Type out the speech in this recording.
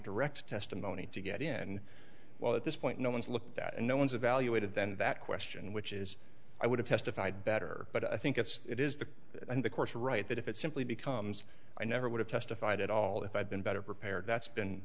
direct testimony to get in while at this point no one's look at that and no one's evaluated than that question which is i would have testified better but i think it's it is the and the course right that if it simply becomes i never would have testified at all if i'd been better prepared that's been